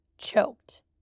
choked